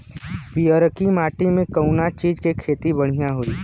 पियरकी माटी मे कउना चीज़ के खेती बढ़ियां होई?